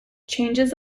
changes